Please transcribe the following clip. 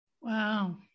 Wow